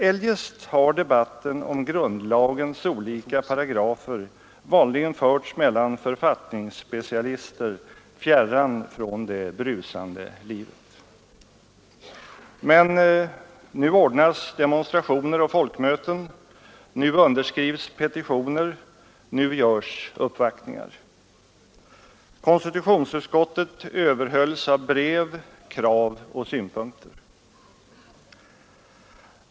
Eljest har debatten om grundlagens olika paragrafer vanligen förts mellan författningsspecialister, fjärran från det brusande livet. Men nu ordnas demonstrationer och folkmöten, nu underskrivs petitioner, nu görs uppvaktningar. Konstitutionsutskottet överhöljs av brev, krav och synpunkter.